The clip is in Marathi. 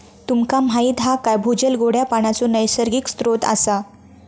तुमका माहीत हा काय भूजल गोड्या पानाचो नैसर्गिक स्त्रोत असा